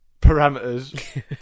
parameters